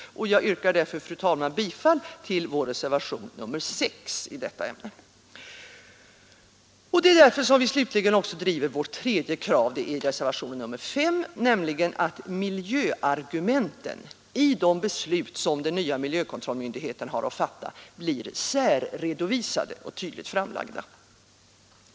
Jag Det är av samma skäl som vi också driver vårt tredje krav i reservationen 5, nämligen att miljöargumenten i de beslut som den nya miljökontrollmyndigheten skall fatta blir särredovisade och tydligt framlagda.